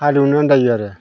हालएवनो आनदायो आरो